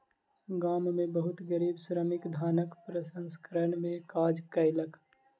गाम में बहुत गरीब श्रमिक धानक प्रसंस्करण में काज कयलक